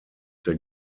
der